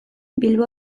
bilbo